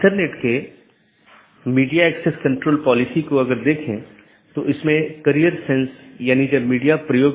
उदाहरण के लिए एक BGP डिवाइस को इस प्रकार कॉन्फ़िगर किया जा सकता है कि एक मल्टी होम एक पारगमन अधिकार के रूप में कार्य करने से इनकार कर सके